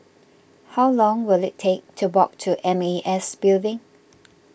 how long will it take to walk to M A S Building